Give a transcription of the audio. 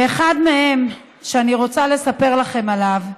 ואחד מהם, שאני רוצה לספר לכם עליו,